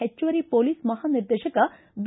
ಹೆಚ್ಚುವರಿ ಪೊಲೀಸ್ ಮಹಾನಿರ್ದೇಶಕ ಬಿ